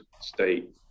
state